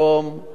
זה כמוך,